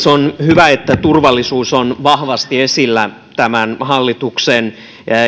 on hyvä että turvallisuus on vahvasti esillä tämän hallituksen